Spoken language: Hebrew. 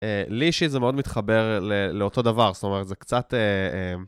לי אישית זה מאוד מתחבר לאותו דבר, זאת אומרת זה קצת...